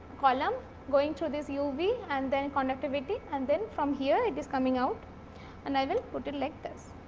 column going through this uv and then, conductivity and then from here it is coming out and i will put it like this.